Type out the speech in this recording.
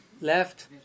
left